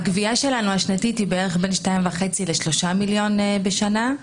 הגבייה שלנו, השנתית, היא 3-2.5 מיליון בשנה,